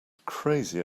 crazy